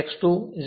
X2 એ 0